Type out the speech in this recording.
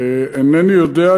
אינני יודע,